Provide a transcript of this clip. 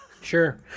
Sure